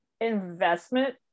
investment